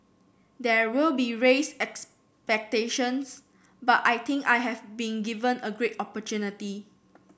there will be raised expectations but I think I have been given a great opportunity